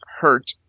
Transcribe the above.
hurt